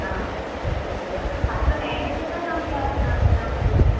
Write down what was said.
हा अस्तु अस्तु अत्र मेनेजर् का नाम क्या नाम वदतु